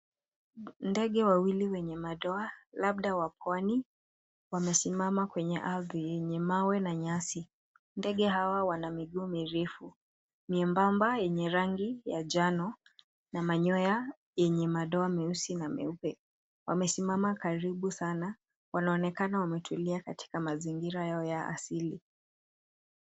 Ndege wawili wenye madoa labda wa pwani wamesimama kwenye ardhi yenye mawe na nyasi. Ndege hawa wana miguu mirefu miembamba yenye rangi ya njano na manyoya yenye madoa meusi na meupe. Wamesimama karibu sana. Wanaonekana wametulia katika mazingira yao ya asili.